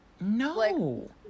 No